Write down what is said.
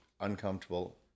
uncomfortable